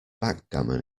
backgammon